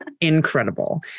Incredible